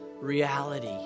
reality